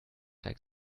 like